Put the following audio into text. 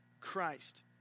Christ